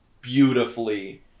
beautifully